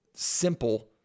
simple